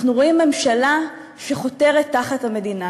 אנחנו רואים ממשלה שחותרת תחת המדינה,